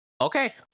okay